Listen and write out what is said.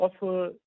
offer